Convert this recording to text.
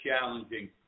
challenging